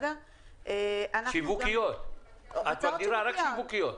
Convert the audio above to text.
את מגדירה רק שיווקיות?